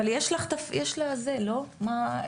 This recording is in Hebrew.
אוקיי.